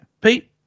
Pete